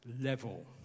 level